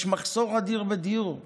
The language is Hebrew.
יש מחסור אדיר בדיור ציבורי.